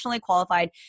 qualified